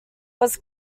was